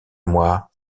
moi